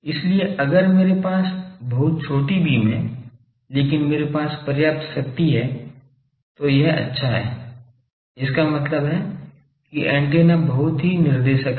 इसलिए अगर मेरे पास बहुत छोटी बीम है लेकिन मेरे पास पर्याप्त शक्ति है तो यह अच्छा है इसका मतलब है कि एंटीना बहुत ही निर्देशक है